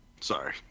Sorry